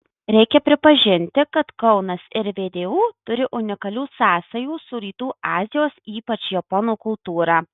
reikia pripažinti kad kaunas ir vdu turi unikalių sąsajų su rytų azijos ypač japonų kultūra